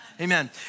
Amen